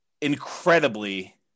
incredibly